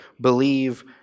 believe